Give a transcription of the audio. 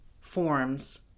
forms